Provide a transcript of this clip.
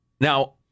Now